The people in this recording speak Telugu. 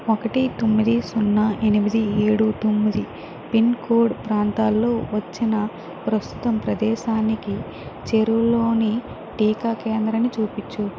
ఒకటి తొమ్మిది సున్నా ఎనిమిది ఏడు తొమ్మిది పిన్కోడ్ ప్రాంతంలో వాచ్చే నా ప్రస్తుత ప్రదేశానికి చేరువలోని టీకా కేంద్రాన్ని చూపించు